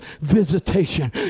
visitation